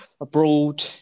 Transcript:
abroad